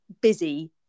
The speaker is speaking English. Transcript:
busy